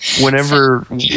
Whenever